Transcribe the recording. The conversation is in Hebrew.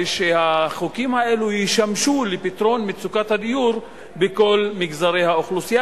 ושהחוקים האלה ישמשו לפתרון מצוקת הדיור בכל מגזרי האוכלוסייה,